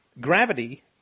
gravity